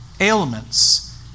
ailments